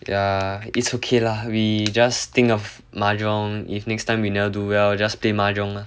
yeah it's okay lah we just think of mahjong if next time you never do well just play mahjong ah